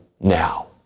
now